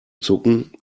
zucken